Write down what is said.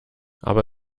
aber